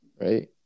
Right